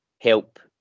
help